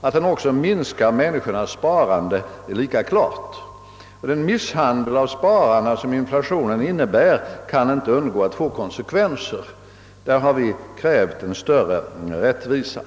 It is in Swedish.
Att den också minskar människornas sparande, är lika klart. Den misshandel av spararna, som inflationen innebär, kan inte undgå att få konsekvenser. På denna punkt har vi krävt större rättvisa.